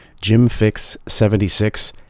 jimfix76